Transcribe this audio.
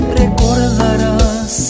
recordarás